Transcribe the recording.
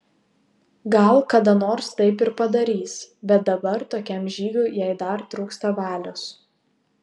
gal kada nors taip ir padarys bet dabar tokiam žygiui jai dar trūksta valios